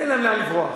אין להם לאן לברוח.